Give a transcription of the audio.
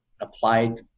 applied